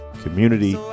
community